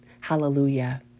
Hallelujah